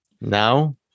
Now